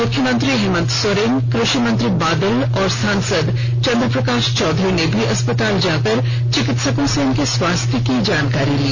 मुख्यमंत्री हेमंत सोरेन कृषि मंत्री बादल और सांसद चन्द्र प्रकाश चौधरी ने भी अस्पताल जाकर चिकित्सकों से इनके स्वास्थ्य की जानकारी ली